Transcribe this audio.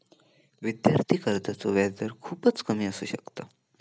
विद्यार्थी कर्जाचो व्याजदर खूपच कमी असू शकता